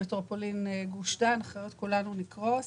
מטרופולין גוש דן כולנו נקרוס.